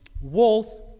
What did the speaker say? walls